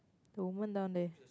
the woman down there